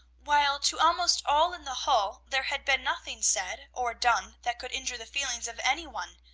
while to almost all in the hall there had been nothing said or done that could injure the feelings of any one,